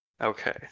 Okay